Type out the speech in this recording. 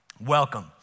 Welcome